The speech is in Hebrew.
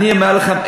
אני אומר לכם,